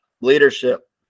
Leadership